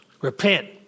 Repent